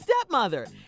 stepmother